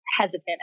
hesitant